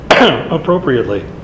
appropriately